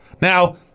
Now